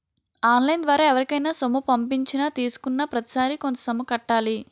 on line ద్వారా ఎవరికైనా సొమ్ము పంపించినా తీసుకున్నాప్రతిసారి కొంత సొమ్ము కట్టాలి